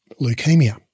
leukemia